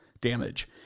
damage